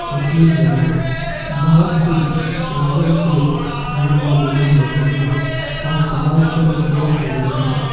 وسیم رضا بھگت سنگھ چاندر شیخ رام منوہر لوہیا اور سبھاش چندر بوس وغیرہ ہیں